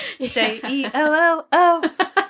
j-e-l-l-o